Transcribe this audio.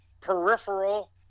peripheral